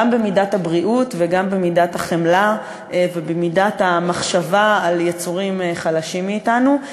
גם במידת הבריאות וגם במידת החמלה ובמידת המחשבה על יצורים חלשים מאתנו,